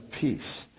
peace